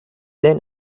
then